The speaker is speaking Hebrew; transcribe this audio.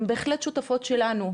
הם בהחלט שותפות ושותפים שלנו,